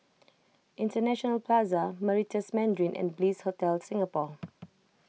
International Plaza Meritus Mandarin and Bliss Hotel Singapore